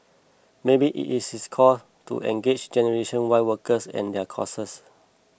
maybe it is his call to engage generation Y workers and their causes